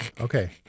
Okay